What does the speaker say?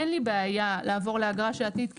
אין לי בעיה לעבור לאגרה שעתית,